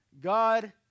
God